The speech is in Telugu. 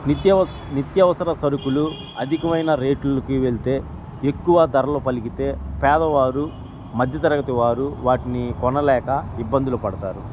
నిత్యవ నిత్యవసర సరుకులు అధికమైన రేట్లకి వెళ్తే ఎక్కువ ధరలు పలిగితే పేదవారు మధ్యతరగతి వారు వాటిని కొనలేక ఇబ్బందులు పడతారు